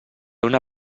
una